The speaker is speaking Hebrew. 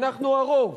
אנחנו הרוב.